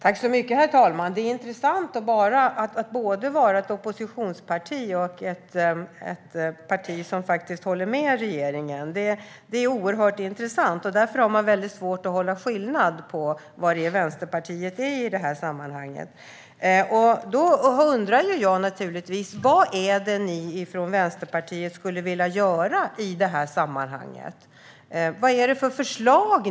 Herr talman! Det är intressant att vara både ett oppositionsparti och ett parti som håller med regeringen. Det är svårt att hålla reda på vad Vänsterpartiet är i detta sammanhang. Vad vill Vänsterpartiet partiet göra åt detta? Vad har ni för förslag?